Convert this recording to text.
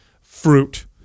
fruit